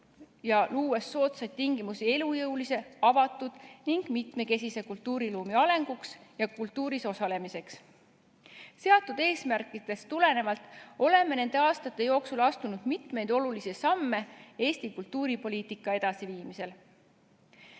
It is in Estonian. luues soodsad tingimused elujõulise, avatud ning mitmekesise kultuuriruumi arenguks ja kultuuris osalemiseks. Seatud eesmärkidest tulenevalt oleme nende aastate jooksul astunud mitmeid olulisi samme Eesti kultuuripoliitika edasiviimisel.